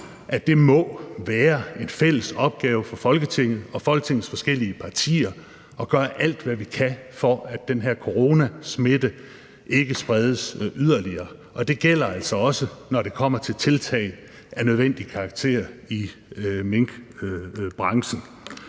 at det må være en fælles opgave for Folketinget og for Folketingets forskellige partier at gøre alt, hvad vi kan, for at den her coronasmitte ikke spredes yderligere. Og det gælder altså også, når det kommer til tiltag af nødvendig karakter i minkbranchen